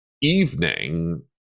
evening